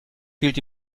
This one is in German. fehlt